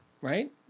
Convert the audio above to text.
right